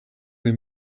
they